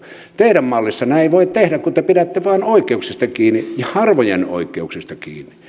teidän mallissanne näin ei voi tehdä kun te pidätte vain oikeuksista harvojen oikeuksista